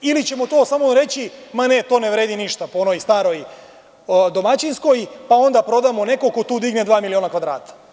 Ili ćemo samo reći – ma ne, to ne vredi ništa, po onoj staroj domaćinskoj, pa onda prodamo nekom ko tu digne dva miliona kvadrata?